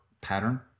pattern